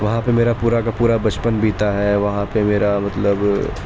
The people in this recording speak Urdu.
وہاں پہ میرا پورا کا پورا بچپن بیتا ہے وہاں پہ میرا مطلب